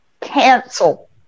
cancel